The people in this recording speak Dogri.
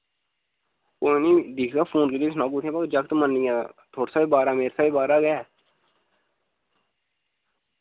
कोई नी दिक्खगा फोन सनाओ कुत्थें वा जाकत मन्नी आ थुआढ़े सा बी बारा मेरे सा बी बारा गै